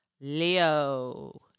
Leo